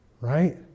Right